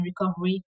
Recovery